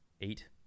eight